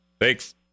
Thanks